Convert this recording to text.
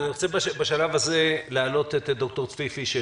אני רוצה בשלב הזה להעלות את ד"ר צבי פישל,